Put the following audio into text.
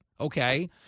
Okay